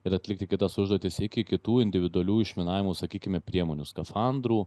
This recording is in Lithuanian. ir atlikti kitas užduotis iki kitų individualių išminavimų sakykime priemonių skafandrų